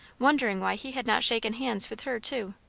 wondering why he had not shaken hands with her too.